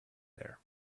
there